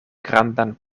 grandan